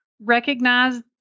recognize